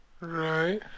Right